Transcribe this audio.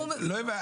לא הבנתי.